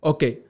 Okay